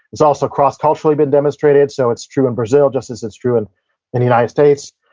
it's also cross culturally been demonstrated. so, it's true in brazil just as it's true in in the united states.